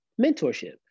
Mentorship